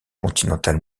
continental